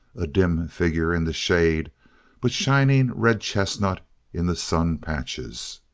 a dim figure in the shade but shining red-chestnut in the sun patches.